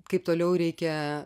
kaip toliau reikia